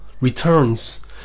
returns